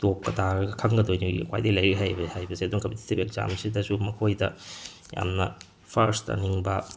ꯇꯣꯞꯀ ꯇꯥꯔꯒ ꯈꯪꯒꯗꯣꯏꯅꯦ ꯈ꯭ꯋꯥꯏꯗꯒꯤ ꯂꯥꯏꯔꯤꯛ ꯍꯩꯕ ꯍꯩꯕꯁꯦ ꯑꯗꯨꯅ ꯀꯝꯄꯤꯇꯦꯇꯤꯚ ꯑꯦꯛꯁꯖꯥꯝꯁꯤꯗꯁꯨ ꯃꯈꯣꯏꯗ ꯌꯥꯝꯅ ꯐꯥꯔꯁ ꯇꯥꯅꯤꯡꯕ